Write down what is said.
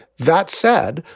that said,